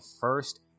first